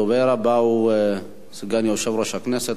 הדובר הבא הוא סגן יושב-ראש הכנסת,